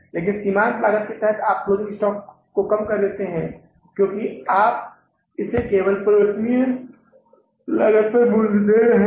लेकिन सीमांत लागत के तहत आप क्लोजिंग स्टॉक को कम कर रहे हैं क्योंकि आप इसे केवल परिवर्तनीय लागत पर मूल्य दे रहे हैं